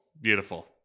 beautiful